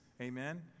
amen